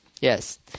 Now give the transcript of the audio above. Yes